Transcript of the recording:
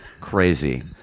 crazy